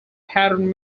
pattern